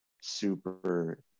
super